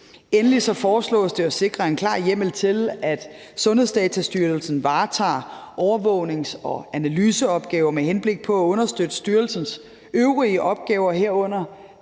Endelig foreslås det at sikre en klar hjemmel til, at Sundhedsdatastyrelsen varetager overvågnings- og analyseopgaver med henblik på at understøtte styrelsens øvrige opgaver, herunder